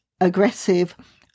aggressive